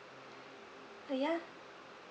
uh yeah